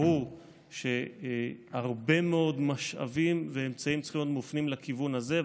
ברור שהרבה מאוד משאבים ואמצעים צריכים להיות מופנים לכיוון הזה.